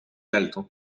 alto